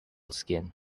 skin